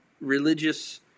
religious